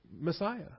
Messiah